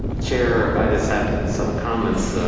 chair. i just have some comments.